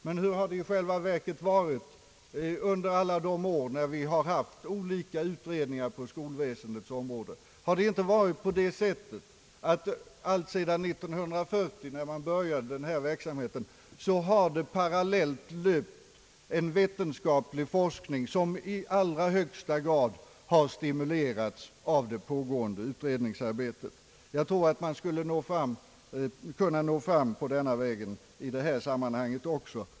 Men hur har det i själva verket varit under alla de år vi har haft olika utredningar på skolväsendets område? Alltsedan 1940, när man började denna utredningsverksamhet, har parallellt löpt en vetenskaplig forskning som i allra högsta grad har stimulerats av det pågående utredningsarbetet. Jag tror att man skulle kunna nå fram på denna väg i detta sammanhang också.